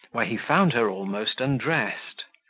where he found her almost undressed.